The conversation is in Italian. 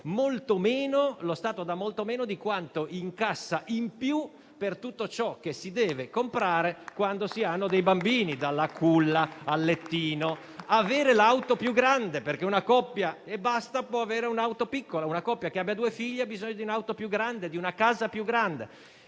assolutamente nulla - molto meno di quanto incassa in più per tutto ciò che si deve comprare quando si hanno bambini, dalla culla, al lettino, all'auto più grande (perché una coppia può avere un'auto piccola, mentre una che abbia due figli ha bisogno di un'auto e di una casa più grandi).